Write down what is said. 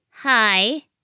Hi